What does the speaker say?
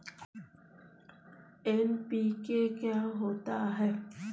NPK क्या होता है?